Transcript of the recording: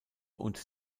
und